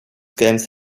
games